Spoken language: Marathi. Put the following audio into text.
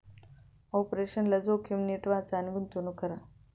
ऑपरेशनल जोखीम नीट वाचा आणि गुंतवणूक करा